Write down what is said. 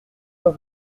pas